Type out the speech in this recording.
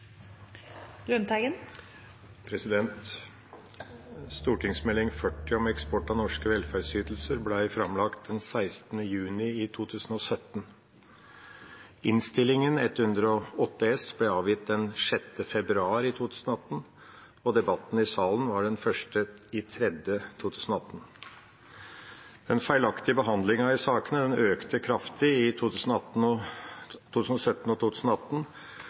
40 for 2016–2017, Eksport av norske velferdsytelser, ble framlagt den 16. juni i 2017. Innst. 108 S for 2017–2018 ble avgitt den 6. februar 2018, og debatten i salen var den 1. mars 2018. Den feilaktige behandlingen i sakene økte kraftig i 2017 og 2018.